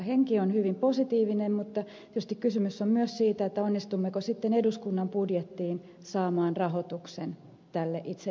henki on hyvin positiivinen mutta tietysti kysymys on myös siitä onnistummeko sitten eduskunnan budjettiin saamaan rahoituksen tälle itse instituutille